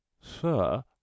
Sir